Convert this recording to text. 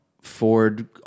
ford